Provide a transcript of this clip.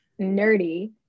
nerdy